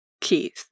keys